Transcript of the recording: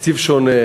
תקציב שונה,